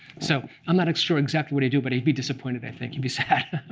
so i'm not sure exactly what he'd do, but he'd be disappointed, i think. he'd be sad.